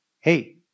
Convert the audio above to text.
hey